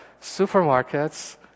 supermarkets